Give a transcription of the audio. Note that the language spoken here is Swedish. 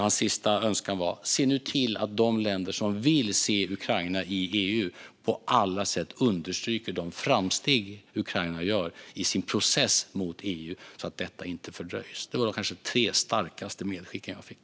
Hans sista önskan var: Se nu till att de länder som vill se Ukraina i EU på alla sätt understryker de framsteg Ukraina gör i sin process mot EU så att denna inte fördröjs. Detta var de kanske tre starkaste medskicken jag fick.